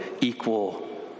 equal